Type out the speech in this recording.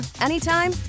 anytime